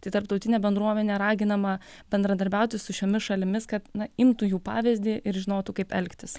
tai tarptautinė bendruomenė raginama bendradarbiauti su šiomis šalimis kad na imtų jų pavyzdį ir žinotų kaip elgtis